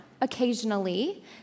occasionally